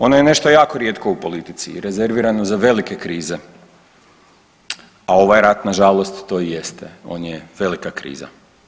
Ono je nešto jako rijetko u politici i rezervirano za velike krize, a ovaj rat nažalost to i jeste, on je velika kriza.